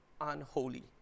unholy